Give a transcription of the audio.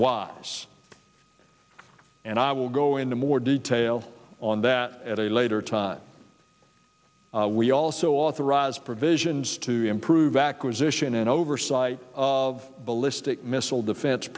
was and i will go into more detail on that at a later time we also authorize provisions to improve acquisition and oversight of ballistic missile defense